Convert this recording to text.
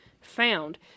found